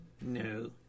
No